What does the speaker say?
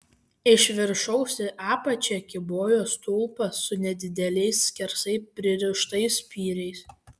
iš viršaus į apačią kybojo stulpas su nedideliais skersai pririštais spyriais